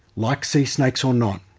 like sea snakes or not,